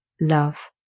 love